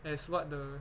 as what the